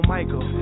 Michael